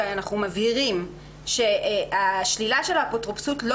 ואנחנו מבהירים שהשלילה של האפוטרופסות לא